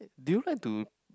do you like to